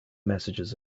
messages